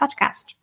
podcast